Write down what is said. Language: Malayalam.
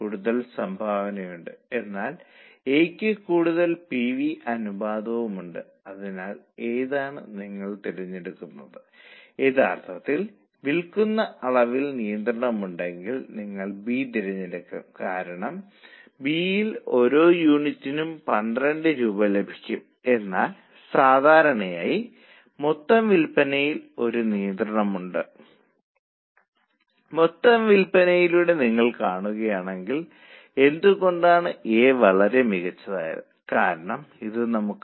അതിനാൽ ഇപ്പോൾ ഇത് എങ്ങനെ കൈകാര്യം ചെയ്യാം നിങ്ങൾക്കത് ചെയ്യാൻ കഴിയുമോ കാരണം നേരിട്ട് മെറ്റീരിയൽ ചെലവ് മാറാൻ പോകുന്നില്ല അതായത് ലളിതമായ നേരിട്ടുള്ള മെറ്റീരിയൽ വിലയ്ക്ക് മാറ്റമില്ല